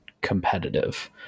competitive